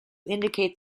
indicate